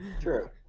True